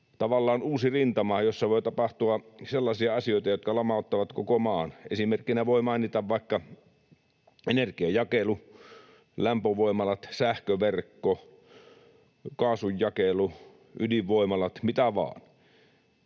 tavallaan uusi rintama, jossa voi tapahtua sellaisia asioita, jotka lamauttavat koko maan. Esimerkkinä voi mainita vaikka energianjakelu, lämpövoimalat, sähköverkko, kaasunjakelu, ydinvoimalat, mitä vain.